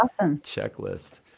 checklist